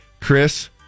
Chris